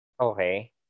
Okay